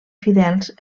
fidels